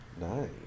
Nice